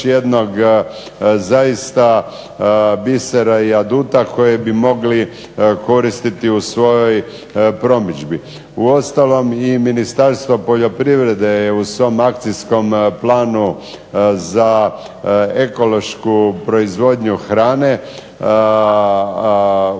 jednom zaista bisera i aduta koje bi mogli koristiti u svojoj promidžbi. Uostalom i Ministarstvo poljoprivrede je u svom akcijskom planu za ekološku proizvodnju hrane uz